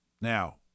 Now